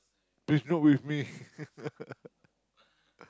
please not with me